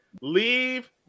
Leave